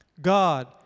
God